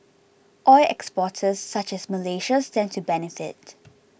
oil exporters such as Malaysia stand to benefit